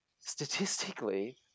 Statistically